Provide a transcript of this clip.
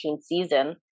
season